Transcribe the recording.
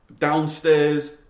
downstairs